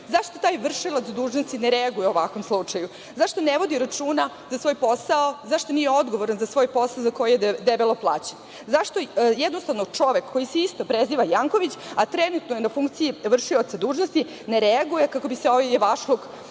taj vršilac dužnosti ne reaguje u ovakvom slučaju? Zašto ne vodi računa za svoj posao, zašto nije odgovoran za svoj posao, za koji je debelo plaćen? Zašto jednostavno čovek, koji se isto preziva Janković, a trenutno je na funkciji vršioca dužnosti, ne reaguje kako bi se ovaj javašluk